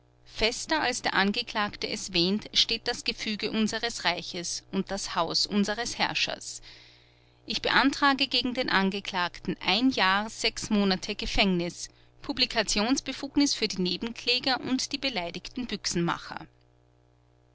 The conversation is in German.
fester als der angeklagte es wähnt steht das gefüge unseres reiches und das haus unseres herrschers ich beantrage gegen den angeklagten jahr monate gefängnis publikationsbefugnis für die nebenkläger und die beleidigten